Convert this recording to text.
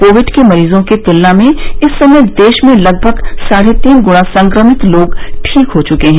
Covid के मरीजों की तुलना में इस समय देश में लगभग साढे तीन गुणा संक्रमित लोग ठीक हो चुके हैं